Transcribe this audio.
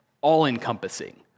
all-encompassing